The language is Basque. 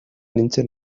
nintzen